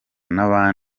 n’aba